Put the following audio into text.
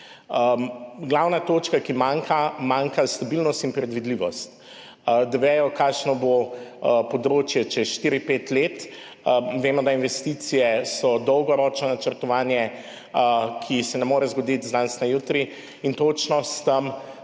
Glavni točki, ki manjkata, sta stabilnost in predvidljivost, da vedo, kakšno bo področje čez štiri, pet let. Vemo, da so investicije dolgoročno načrtovanje, ki se ne morejo zgoditi z danes na jutri in točno s tem